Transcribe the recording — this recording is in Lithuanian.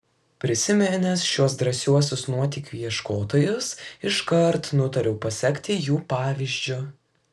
prisiminęs šiuos drąsiuosius nuotykių ieškotojus iškart nutariau pasekti jų pavyzdžiu